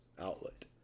outlet